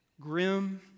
grim